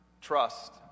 trust